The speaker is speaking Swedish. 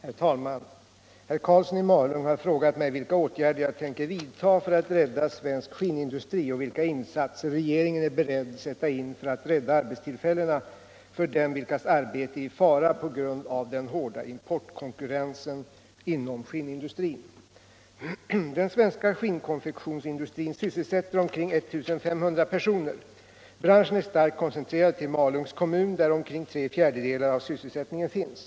Herr talman! Herr Karlsson i Malung har frågat mig vilka åtgärder jag tänker vidta för att rädda svensk skinnindustri och vilka insatser regeringen är beredd sätta in för att rädda arbetstillfällena för dem vilkas arbete är i fara på grund av den hårda importkonkurrensen inom skinnindustrin. Den svenska skinnkonfektionsindustrin sysselsätter omkring 1 500 personer. Branschen är starkt koncentrerad till Malungs kommun där omkring tre fjärdedelar av sysselsättningen finns.